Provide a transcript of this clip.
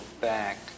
back